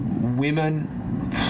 women